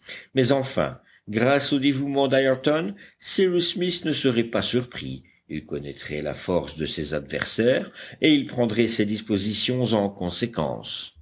mais enfin grâce au dévouement d'ayrton cyrus smith ne serait pas surpris il connaîtrait la force de ses adversaires et il prendrait ses dispositions en conséquence